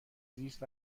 زیست